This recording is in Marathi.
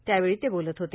त्यावेळी ते बोलत होते